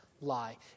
lie